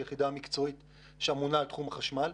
שהיא יחידה מקצועית שאמונה על תחום החשמל.